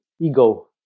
ego